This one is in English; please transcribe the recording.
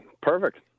perfect